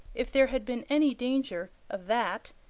if there had been any danger of that,